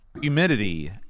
humidity